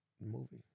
movie